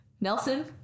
Nelson